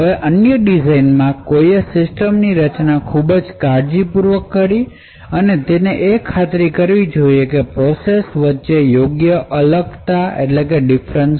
અન્ય ડિઝાઇનમાં કોઈએ સિસ્ટમની રચના ખૂબ કાળજીપૂર્વક કરી અને તે ખાતરી કરવી જોઈએ કે પ્રોસેસઓ વચ્ચે યોગ્ય અલગતા હોય